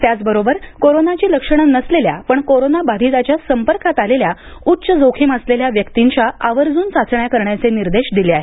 त्याचबरोबर करोनाची लक्षणे नसलेल्या पण कोरोनाबाधितांच्या संपर्कात आलेल्या उच्च जोखीम असलेल्या व्यक्तींच्या आवर्जून चाचण्या करण्याचे निर्देश दिले आहेत